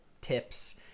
tips